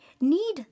need